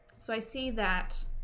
so i see that